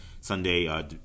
Sunday